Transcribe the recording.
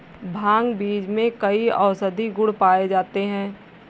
भांग बीज में कई औषधीय गुण पाए जाते हैं